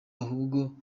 ahubwo